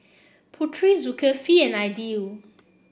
Putri Zulkifli and Aidil